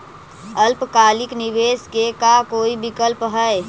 अल्पकालिक निवेश के का कोई विकल्प है?